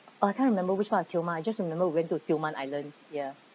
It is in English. uh I can't remember which [one] in tioman I just remember we went to tioman island ya